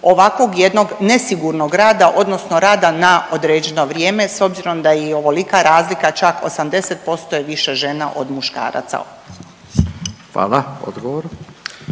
ovakvog jednog nesigurnog rada odnosno rada na određeno vrijeme s obzirom da je i ovolika razlika čak 80% je više žena od muškaraca. **Radin,